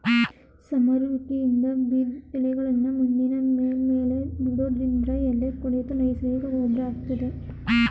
ಸಮರುವಿಕೆಯಿಂದ ಬಿದ್ದ್ ಎಲೆಗಳ್ನಾ ಮಣ್ಣಿನ ಮೇಲ್ಮೈಲಿ ಬಿಡೋದ್ರಿಂದ ಎಲೆ ಕೊಳೆತು ನೈಸರ್ಗಿಕ ಗೊಬ್ರ ಆಗ್ತದೆ